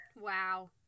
Wow